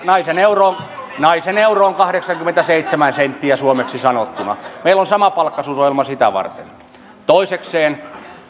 naisen euro naisen euro on kahdeksankymmentäseitsemän senttiä suomeksi sanottuna meillä on samapalkkaisuusohjelma sitä varten toisekseen